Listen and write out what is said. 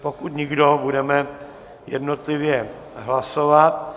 Pokud nikdo, budeme jednotlivě hlasovat.